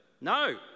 no